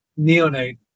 neonate